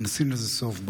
נשים לזה סוף.